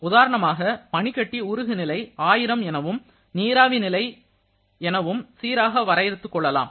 உதாரணமாக பனிக்கட்டி உருகுநிலை ஆயிரம் எனவும் நீராவி நிலை எனவும் சீராக வரையறுத்துக் கொள்ளலாம்